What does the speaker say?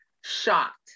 shocked